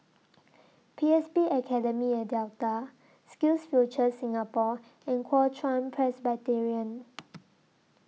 P S B Academy At Delta SkillsFuture Singapore and Kuo Chuan Presbyterian